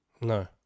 No